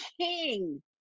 King